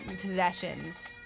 possessions